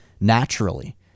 naturally